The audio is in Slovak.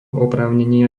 oprávnenia